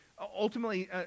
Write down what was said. ultimately